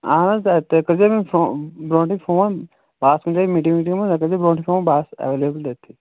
اَہَن حظ تُہۍ کٔرۍزیٚو مےٚ فون برٛونٛٹھٕے فون بہٕ آس کُنہِ جایہِ میٖٹِنٛگ ویٖٹِنٛگ منٛز تۄہہِ کٔرۍزیٚو برٛونٛٹھٕے فون بہٕ آسہٕ ایٚویلیبُل تٔتۍتھٕے